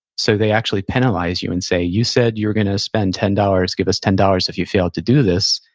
so they actually penalize you and say, you said you're going to spend ten dollars, give us ten dollars, if you fail to do this,